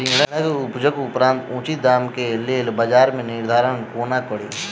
सिंघाड़ा केँ उपजक उपरांत उचित दाम केँ लेल बजार केँ निर्धारण कोना कड़ी?